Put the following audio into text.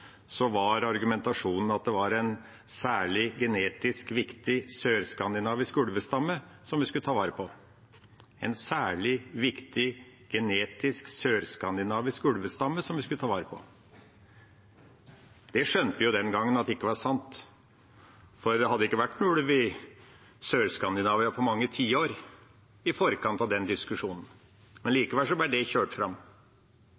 var argumentasjonen at det var en særlig genetisk viktig sørskandinavisk ulvestamme vi skulle ta vare på. Det skjønte jeg den gangen ikke var sant, for det hadde ikke vært ulv i Sør-Skandinavia på mange tiår i forkant av den diskusjonen.